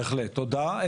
בהחלט, תודה.